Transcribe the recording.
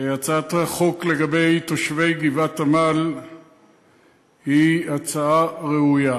הצעת החוק לגבי תושבי גבעת-עמל היא הצעה ראויה,